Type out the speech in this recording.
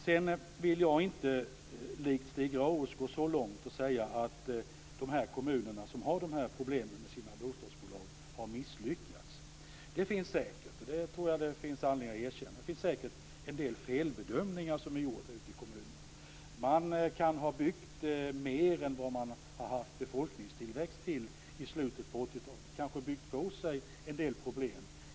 Jag vill inte gå så långt att jag likt Stig Grauers säger att de kommuner som har problem med sina bostadsbolag har misslyckats. Det har säkert gjorts en del felbedömningar ute i kommunerna. Det tror jag att det finns anledning att erkänna. Man kan ha byggt mer än vad befolkningstillväxten har motiverat i slutet på 80-talet. Man har kanske byggt på sig en del problem.